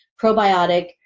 probiotic